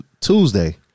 Tuesday